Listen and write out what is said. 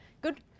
Good